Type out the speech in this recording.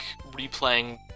replaying